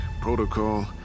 protocol